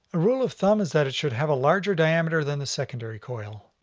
a rule of thumbs is that it should have a larger diameter than the secondary coil.